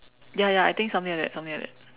ya ya I think something like that something like that